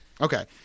Okay